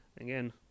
Again